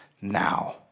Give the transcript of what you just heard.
now